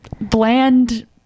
bland